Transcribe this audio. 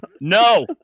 No